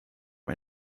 mir